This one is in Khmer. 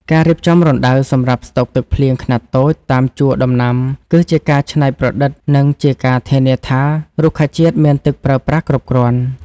ការរៀបចំរណ្ដៅសម្រាប់ស្តុកទឹកភ្លៀងខ្នាតតូចតាមជួរដំណាំគឺជាការច្នៃប្រឌិត និងជាការធានាថារុក្ខជាតិមានទឹកប្រើប្រាស់គ្រប់គ្រាន់។